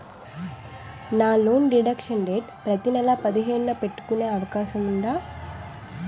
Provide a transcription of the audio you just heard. నా loan deduction date ప్రతి నెల పదిహేను న పెట్టుకునే అవకాశం ఉందా?